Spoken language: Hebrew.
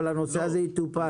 אבל שהנושא הזה יטופל?